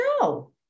No